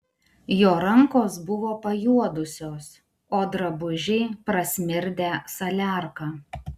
jo rankos buvo pajuodusios o drabužiai prasmirdę saliarka